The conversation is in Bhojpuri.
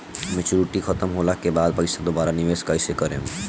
मेचूरिटि खतम होला के बाद पईसा दोबारा निवेश कइसे करेम?